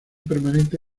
permanente